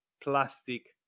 plastic